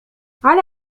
على